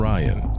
Ryan